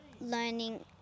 learning